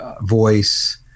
voice